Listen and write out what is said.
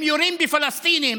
הם יורים בפלסטינים,